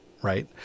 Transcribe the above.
right